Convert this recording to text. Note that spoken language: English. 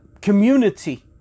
community